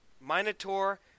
Minotaur